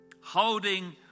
Holding